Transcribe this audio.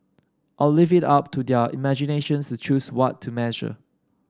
I'll leave it up to their imaginations to choose what to measure